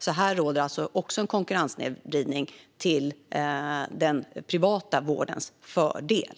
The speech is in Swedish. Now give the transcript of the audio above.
Även här råder alltså en konkurrenssnedvridning till den privata vårdens fördel.